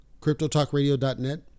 CryptoTalkRadio.net